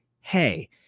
Hey